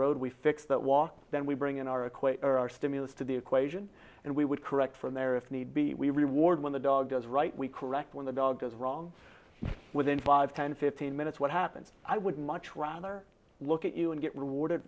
road we fix that walk then we bring in our equate our stimulus to the equation and we would correct from there if need be we reward when the dog is right we correct when the dog is wrong within five ten fifteen minutes what happens i would much rather look at you and get rewarded